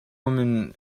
woman